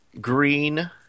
green